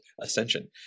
Ascension